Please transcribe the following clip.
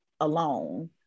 alone